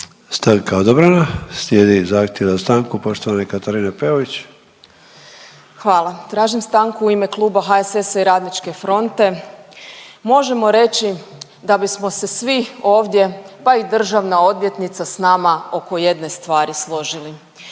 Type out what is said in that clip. Stanka odobrena. Slijedi zahtjev za stankom poštovane Katarine Peović. **Peović, Katarina (RF)** Hvala. Tražim stanku u ime Kluba HSS-a i Radničke fronte. Možemo reći da bismo se svi ovdje pa i državna odvjetnica s nama oko jedne stvari složili,